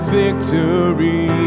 victory